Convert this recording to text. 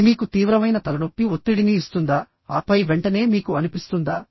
ఇది మీకు తీవ్రమైన తలనొప్పి ఒత్తిడిని ఇస్తుందా ఆపై వెంటనే మీకు అనిపిస్తుందా